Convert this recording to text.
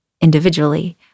individually